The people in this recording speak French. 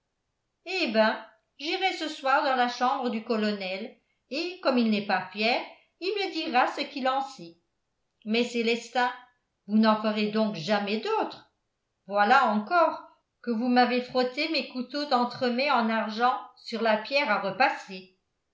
hé ben j'irai ce soir dans la chambre du colonel et comme il n'est pas fier il me dira ce qu'il en sait mais célestin vous n'en ferez donc jamais d'autres voilà encore que vous m'avez frotté mes couteaux d'entremets en argent sur la pierre à repasser